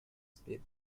speed